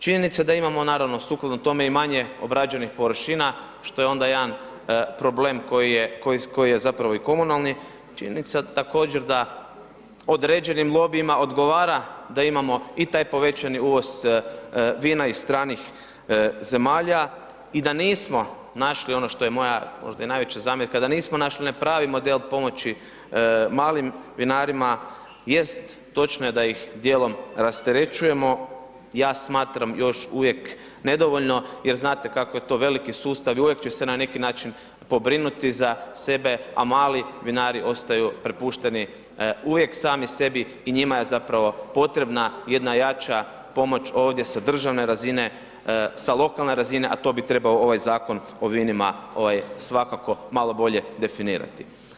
Činjenica da imamo naravno sukladno tome i manje obrađenih površina što je onda jedan problem koji je, koji je zapravo i komunalni, činjenica također da određenim lobijima odgovara da imamo i taj povećani uvoz vina iz stranih zemalja i da nismo našli ono što je moja, možda je i najveća zamjerka, da nismo našli na pravi model pomoći malim vinarima, jest, točno je da ih dijelom rasterećujemo, ja smatram još uvijek nedovoljno jer znate kako je to veliki sustav i uvijek će se na neki način pobrinuti za sebe, a mali vinari ostaju prepušteni uvijek sami sebi i njima je zapravo potrebna jedna jača pomoć ovdje sa državne razine, sa lokalne razine, a to bi trebao ovaj Zakon o vinima svakako malo bolje definirati.